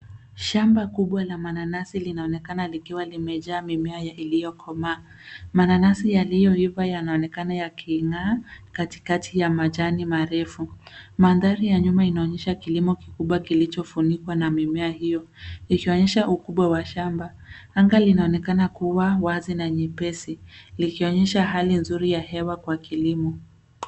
Shamba kubwa la mananasi linaonekana likiwa limejaa mimea iliyokomaa. Mananasi yaliyoiva yanaonekana yaking'aa katikati ya majani marefu. Mandhari ya nyuma inaonyesha kilimo kikubwa kilichofunikwa na mimea hiyo, ikionyesha ukubwa wa shamba. Anga linaonekana kuwa wazi na nyepesi likionyesha hali nzuri ya hewa kwa kilimo.